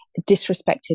disrespected